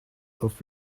off